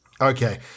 Okay